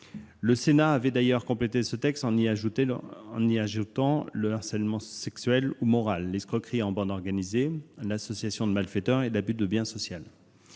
Le Sénat avait d'ailleurs complété ce texte en y ajoutant le harcèlement sexuel ou moral, l'escroquerie en bande organisée, l'association de malfaiteurs et l'abus de biens sociaux.